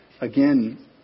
Again